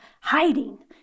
hiding